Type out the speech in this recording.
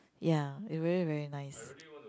ya it really very nice